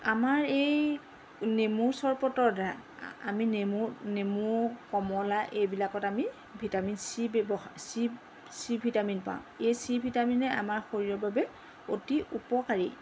আমাৰ এই নেমু চৰপতৰ দ্বাৰা আমি নেমু নেমু কমলা এইবিলাকত আমি vitamin C C C vitamin পাওঁ এই চি ভিটামিনে আমাৰ শৰীৰৰ বাবে অতি উপকাৰী